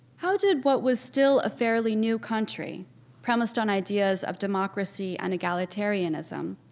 how did what was still a fairly new country premised on ideas of democracy and egalitarianism,